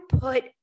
put